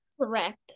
correct